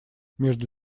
между